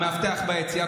המאבטח ביציע.